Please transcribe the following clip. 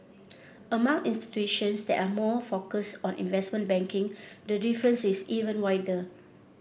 among institutions that are more focused on investment banking the difference is even wider